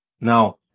Now